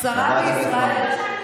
שרה בישראל.